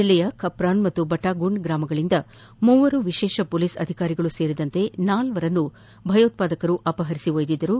ಜಿಲ್ಲೆಯ ಕಪ್ರಾನ್ ಮತ್ತು ಬಾಣಾಗುಂಡ್ ಗ್ರಾಮಗಳಿಂದ ಮೂವರು ವಿಶೇಷ ಪೊಲೀಸ್ ಅಧಿಕಾರಿಗಳು ಸೇರಿದಂತೆ ನಾಲ್ವರನ್ನು ಭಯೋತ್ವಾದಕರು ಅಪಹರಿಸಿದ್ದರು